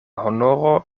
honoro